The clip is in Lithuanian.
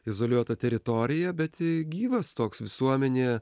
izoliuota teritorija bet gyvas toks visuomenė